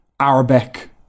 Arabic